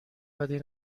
بدی